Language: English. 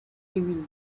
evil